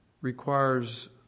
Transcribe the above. requires